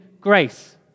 grace